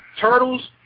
Turtles